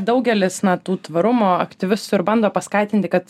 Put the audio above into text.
daugelis na tų tvarumo aktyvistų ir bando paskatinti kad